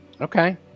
Okay